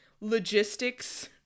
logistics